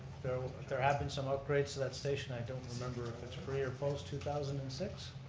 there have been some upgrades to that station, i don't remember if it's pre or post two thousand and six.